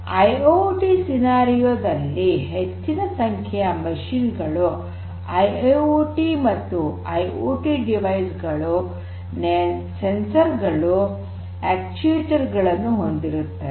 IIoT ಸನ್ನಿವೇಶದಲ್ಲಿ ಹೆಚ್ಚಿನ ಸಂಖ್ಯೆಯ ಯಂತ್ರಗಳು ಐಐಓಟಿ ಮತ್ತು ಐಓಟಿ ಡಿವೈಸ್ ಗಳು ಸೆನ್ಸರ್ ಗಳು ಅಕ್ಟುಯೇಟರ್ ಗಳನ್ನು ಹೊಂದಿರುತ್ತವೆ